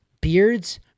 Beards